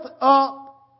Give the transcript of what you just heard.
up